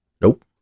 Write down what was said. Nope